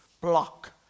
block